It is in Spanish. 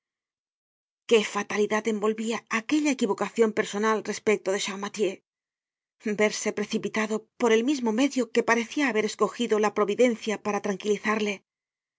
qué fatalidad envolvia aquella equivocacion personal respecto dechampmathieu verse precipitado por el mismo medio que parecia haber escogido la providencia para tranquilizarle